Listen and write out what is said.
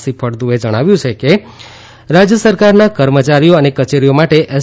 C ફળદુએ જણાવ્યું છે કે રાજ્ય સરકારના કર્મચારીઓ અને કચેરીઓ માટે એસ